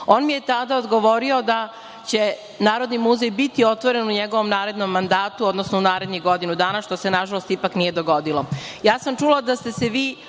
On mi je tada odgovorio da će Narodni muzej biti otvoren u njegovom narednom mandatu, odnosno u narednih godinu dana, što se, nažalost, ipak nije dogodilo. Ja